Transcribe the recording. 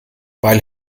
weil